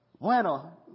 bueno